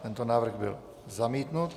Tento návrh byl zamítnut.